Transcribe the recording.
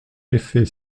effet